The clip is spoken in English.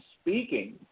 speaking